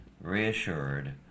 reassured